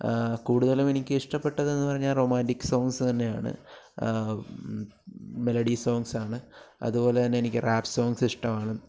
കൂടുതലും എനിക്ക് ഇഷ്ടപ്പെട്ടതെന്ന് പറഞ്ഞാൽ റൊമാൻറിക്ക് സോങ്ങ്സ് തന്നെയാണ് മെലഡി സോങ്ങ്സ് ആണ് അതുപോലെ തന്നെ എനിക്ക് റാപ്പ് സോങ്ങ്സ് ഇഷ്ടമാണ്